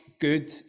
good